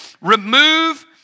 remove